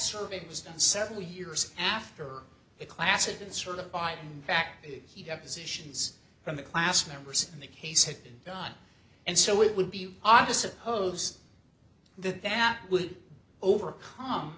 survey was done several years after the classic uncertified fact he depositions from the class members in the case had been done and so it would be odd to suppose that that would overcome